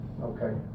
Okay